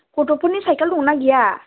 गथ'फोरनि साइकेल दंना गैया